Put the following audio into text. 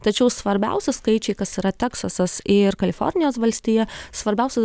tačiau svarbiausi skaičiai kas yra teksasas ir kalifornijos valstija svarbiausi